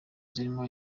zirimo